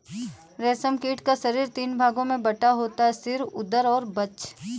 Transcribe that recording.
रेशम कीट का शरीर तीन भागों में बटा होता है सिर, उदर और वक्ष